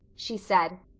she said.